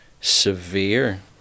severe